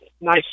nice